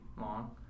long